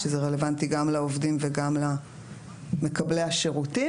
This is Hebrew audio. שזה רלוונטי גם לעובדים וגם למקבלי השירותים,